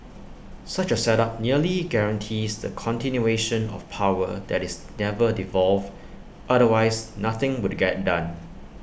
such A setup nearly guarantees the continuation of power that is never devolved otherwise nothing would get done